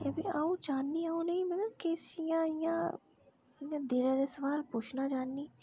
एवी अऊं चाह्न्नी उनें गी मतलब किश इ यां इ यां इ यां इ यां दिलै दा सुआल पुच्छना चाह्न्नी